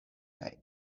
kaj